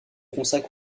consacre